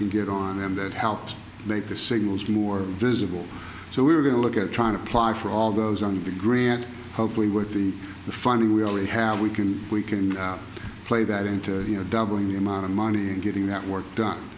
can get on them that helps make the signals more visible so we're going to look at trying to apply for all those on degree at hopefully with the funding we already have we can we can play that into you know doubling the amount of money and getting that work done